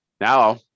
Now